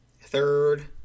third